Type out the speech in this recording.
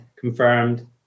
confirmed